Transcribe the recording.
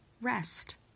rest